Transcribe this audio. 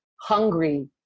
hungry